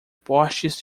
postes